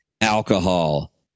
alcohol